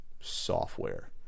software